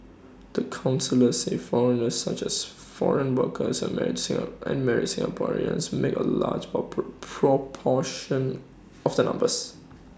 the counsellors say foreigners such as foreign workers and married and married Singaporeans make A large proportion of the numbers